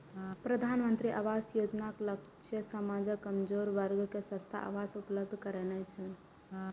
प्रधानमंत्री आवास योजनाक लक्ष्य समाजक कमजोर वर्ग कें सस्ता आवास उपलब्ध करेनाय छै